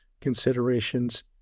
considerations